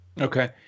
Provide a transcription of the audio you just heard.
Okay